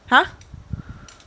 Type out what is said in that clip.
!huh!